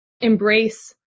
embrace